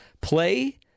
play